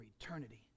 eternity